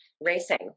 racing